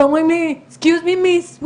ואומרים לי: “excuse me miss,